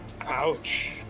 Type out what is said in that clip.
Ouch